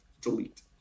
delete